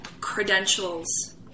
credentials